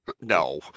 No